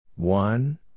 One